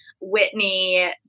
Whitney